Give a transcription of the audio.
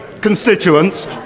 constituents